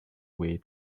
way